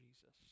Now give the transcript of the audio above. Jesus